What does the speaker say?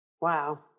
Wow